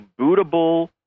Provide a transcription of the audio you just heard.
bootable